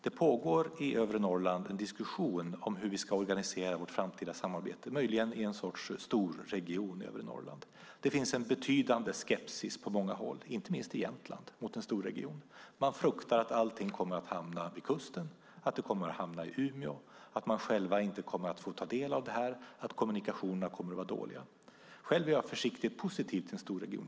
Det pågår i övre Norrland en diskussion om hur vi ska organisera vårt framtida samarbete, möjligen i en sorts storregion över Norrland. Det finns en betydande skepsis på många håll, inte minst i Jämtland, mot en storregion. Man fruktar att allting kommer att hamna vid kusten, att det kommer att hamna i Umeå, att man själv inte kommer att få ta del av det, att kommunikationerna kommer att vara dåliga. Själv är jag försiktigt positiv till en storregion.